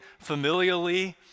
familially